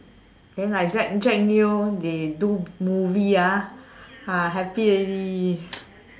then like Jack Jack Neo they do movie ah ah happy already